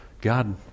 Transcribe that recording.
God